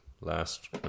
last